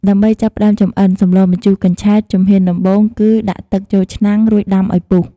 ដើម្បីចាប់ផ្តើមចម្អិន សម្លម្ជូរកញ្ឆែត ជំហានដំបូងគឺ ដាក់ទឹកចូលឆ្នាំង រួចដាំឲ្យពុះ។